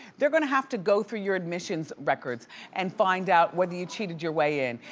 they're gonna have to go through your admissions records and find out whether you cheated your way in.